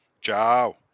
Ciao